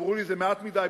אמרו לי זה מעט מדי,